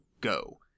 Go